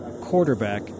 quarterback